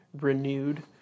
renewed